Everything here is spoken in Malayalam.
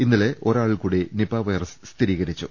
ഇന്നലെ ഒരാളിൽകൂടി നിപ വൈറസ് സ്ഥിരീകരി ച്ചു